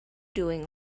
doing